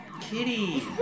Kitty